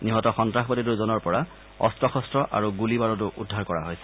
নিহত সন্ত্ৰাসবাদী দুজনৰ পৰা অস্ত্ৰ শস্ত্ৰ আৰু গুলী বাৰুদো উদ্ধাৰ কৰা হৈছে